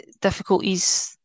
difficulties